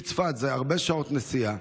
מצפת זה הרבה שעות נסיעה,